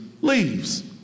leaves